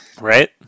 Right